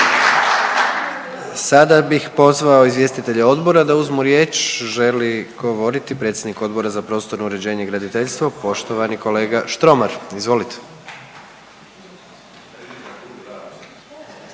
Sada bih pozvao izvjestitelje odbora da uzmu riječ, želi govoriti predsjednik Odbora za prostorno uređenje i graditeljstvo, poštovani kolega Štromar, izvolite.